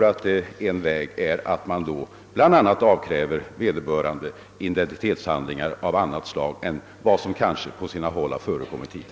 En väg torde då vara att avkräva vederbörande identitetshandlingar av annat slag än man hittills på sina håll begärt.